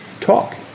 talk